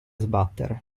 sbattere